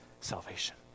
salvation